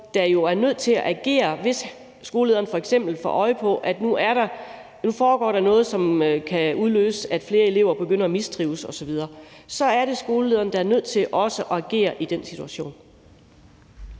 der jo er nødt til at agere, hvis skolelederen f.eks. får øje på, at der nu foregår noget, som kan udløse, at flere elever begynder at mistrives osv. Så er det skolelederen, der er nødt til at agere i den situation.